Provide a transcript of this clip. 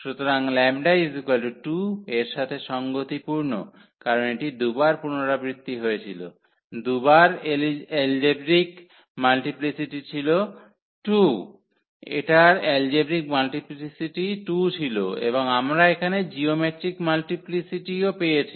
সুতরাং 𝜆 2 এর সাথে সঙ্গতিপূর্ণ কারণ এটি দু'বার পুনরাবৃত্তি হয়েছিল 2 বার এলজেব্রিক মাল্টিপ্লিসিটি ছিল 2 এটার এলজেব্রিক মাল্টিপ্লিসিটি 2 ছিল এবং আমরা এখানে জিওমেট্রিক মাল্টিপ্লিসিটিও পেয়েছি